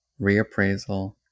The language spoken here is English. reappraisal